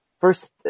first